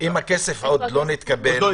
אם הכסף עוד לא התקבל,